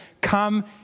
Come